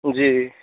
जी